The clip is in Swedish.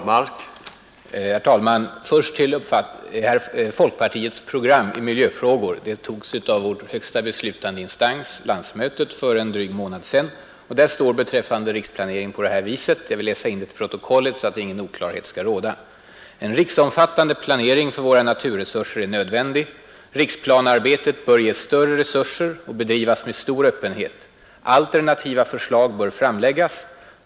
Herr talman! Först till folkpartiets program i miljöfrågor; det antogs av vår högsta beslutande instans, landsmötet, för en dryg månad sedan. Där står beträffande riksplanering: 69 ”En riksomfattande planering för våra naturresurser är nödvändig. Riksplanearbetet bör ges större resurser och bedrivas med stor öppenhet. Alternativa förslag bör framläggas.